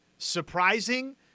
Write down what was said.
surprising